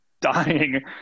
dying